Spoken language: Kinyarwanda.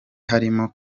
harimo